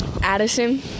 Addison